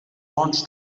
wants